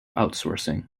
outsourcing